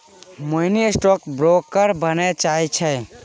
मोहिनी stock broker बनय चाहै छै